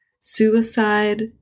suicide